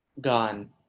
Gone